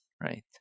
right